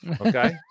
Okay